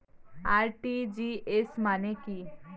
RTGS মানে কি?